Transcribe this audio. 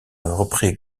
reprit